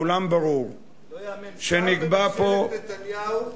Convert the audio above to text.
לכולם ברור שנקבע פה,